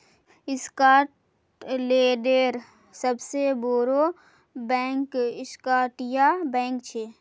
स्कॉटलैंडेर सबसे बोड़ो बैंक स्कॉटिया बैंक छे